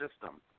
system